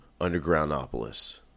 Undergroundopolis